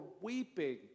weeping